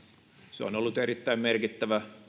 se on ollut erittäin merkittävä